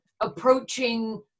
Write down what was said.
approaching